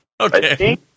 okay